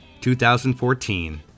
2014